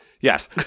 Yes